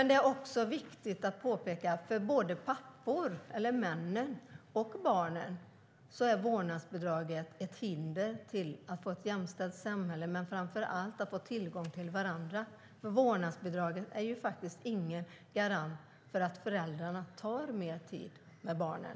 Det är också viktigt att påpeka att för både männen och barnen är vårdnadsbidraget ett hinder mot att få ett jämställt samhälle, och framför allt hinder mot att få tid till varandra. Vårdnadsbidraget är faktiskt ingen garant för att föräldrarna tar mer tid med barnen.